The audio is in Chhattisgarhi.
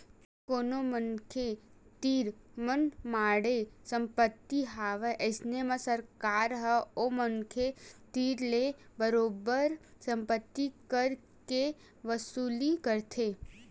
जब कोनो मनखे तीर मनमाड़े संपत्ति हवय अइसन म सरकार ह ओ मनखे तीर ले बरोबर संपत्ति कर के वसूली करथे